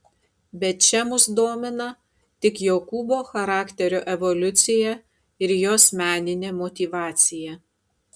bet čia mus domina tik jokūbo charakterio evoliucija ir jos meninė motyvacija